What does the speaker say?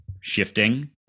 shifting